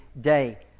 day